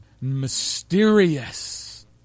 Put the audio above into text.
mysterious